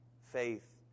faith